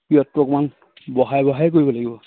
অকমান বঢ়াই বঢ়াই কৰিব লাগিব